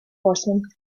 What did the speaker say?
horsemen